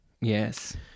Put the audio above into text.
Yes